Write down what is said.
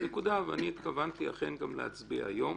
אני התכוונתי גם להצביע היום.